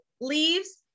leaves